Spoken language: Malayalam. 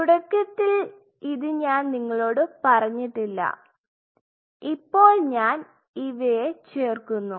തുടക്കത്തിൽ ഇത് ഞാൻ നിങ്ങളോട് പറഞ്ഞിട്ടില്ല ഇപ്പോൾ ഞാൻ ഇവയെ ചേർക്കുന്നു